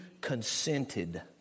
consented